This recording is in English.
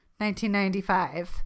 1995